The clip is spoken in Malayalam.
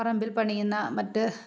പറമ്പിൽ പണിയുന്ന മറ്റ്